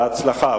בהצלחה.